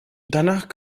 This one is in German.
danach